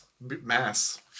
mass